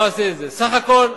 איציק, מצגת,